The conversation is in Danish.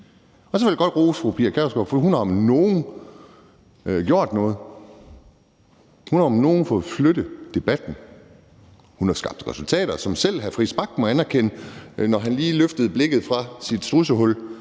Så vil jeg godt rose fru Pia Kjærsgaard, for hun har om nogen gjort noget. Hun har om nogen fået flyttet debatten. Hun har fået skabt resultater, som selv hr. Christian Friis Bach må anerkende; når han lige løftede blikket fra sit strudsehul,